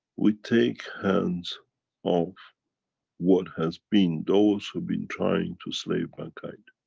we take hands of what has been those, who've been trying to slave mankind.